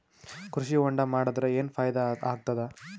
ಕೃಷಿ ಹೊಂಡಾ ಮಾಡದರ ಏನ್ ಫಾಯಿದಾ ಆಗತದ?